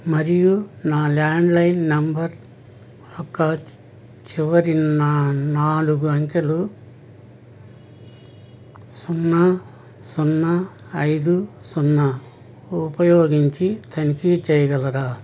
మరియు నా landline number ఒక చివరి నా నాలుగు అంకెలు సున్నా సున్నా ఐదు సున్నా ఉపయోగించి తనిఖీ చేయగలరా